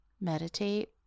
meditate